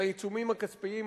של העיצומים הכספיים,